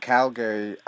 Calgary